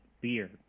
beer